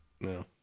No